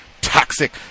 toxic